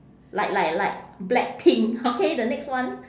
like like like blackpink okay the next one